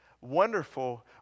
Wonderful